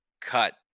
cut